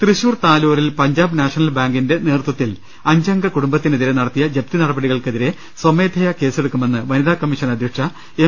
തൃശൂർ തലോറിൽ പഞ്ചാബ് നാഷണൽ ബാങ്കിന്റെ നേതൃത്വത്തിൽ അഞ്ചംഗ കുടുംബത്തിനെതിരെ നടത്തിയ ജപ്തി നടപടികൾക്കെതിരെ സ്വമേധയാ കേസെടുക്കുമെന്ന് വനിതാ കമ്മീഷൻ അധ്യക്ഷ എം